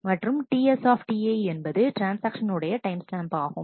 மற்றும் TS என்பது transaction உடைய டைம் ஸ்டாம்ப் ஆகும்